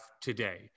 today